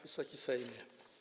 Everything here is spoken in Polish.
Wysoki Sejmie!